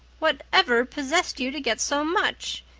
whatever possessed you to get so much?